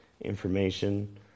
information